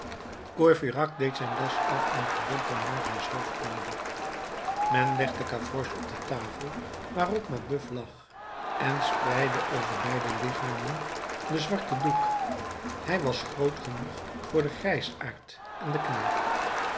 courfeyrac deed zijn das af en verbond er marius hoofd mede men legde gavroche op de tafel waarop mabeuf lag en spreidde over beide lichamen den zwarten doek hij was groot genoeg voor den grijsaard en den knaap